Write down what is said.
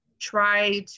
try